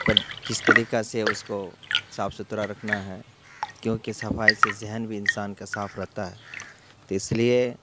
کس طریقہ سے اس کو صاف ستھرا رکھنا ہے کیونکہ صفائی سے ذہن بھی انسان کا صاف رہتا ہے تو اس لیے